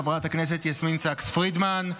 חברת הכנסת יסמין סאקס פרידמן,